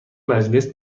مجلس